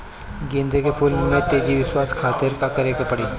गेंदा के फूल में तेजी से विकास खातिर का करे के पड़ी?